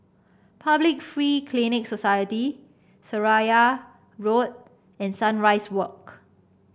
Public Free Clinic Society Seraya Road and Sunrise Walk